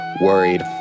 worried